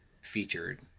featured